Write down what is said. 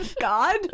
God